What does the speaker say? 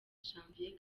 janvier